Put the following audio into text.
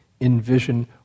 envision